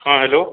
ହଁ ହ୍ୟାଲୋ